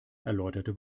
erläuterte